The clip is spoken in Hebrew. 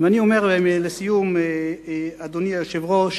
אני אומר לסיום, אדוני היושב-ראש,